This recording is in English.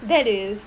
that is